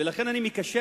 ולכן אני מקשר,